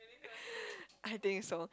I think so